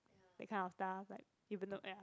that kind of stuff like even though ya